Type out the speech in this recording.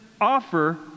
offer